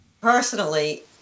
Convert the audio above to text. Personally